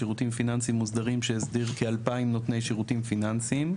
שירותים פיננסים מוסדרים שהסדיר כ-2,000 נותני שירותים פיננסים.